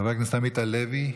חבר הכנסת עמית הלוי,